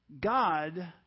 God